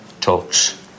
talks